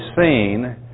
seen